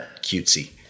cutesy